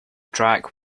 track